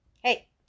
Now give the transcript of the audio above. hey